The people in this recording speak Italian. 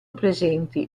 presenti